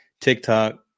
TikTok